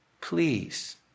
Please